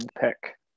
pick